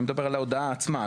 אני מדבר על ההודעה עצמה.